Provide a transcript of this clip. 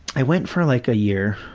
i went for like a year,